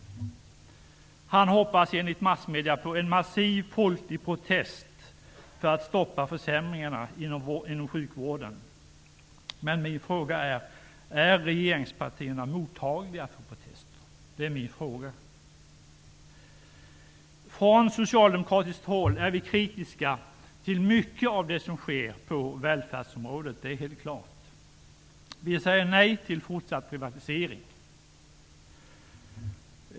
Han hoppas enligt massmedierna på en massiv folklig protest för att stoppa försämringarna inom sjukvården. Min fråga är då: Är regeringspartierna mottagliga för protester? Från socialdemokratiskt håll är vi kritiska till mycket av det som sker på välfärdsområdet. Vi säger nej till fortsatt privatisering.